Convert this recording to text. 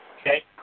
Okay